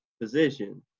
position